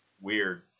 weird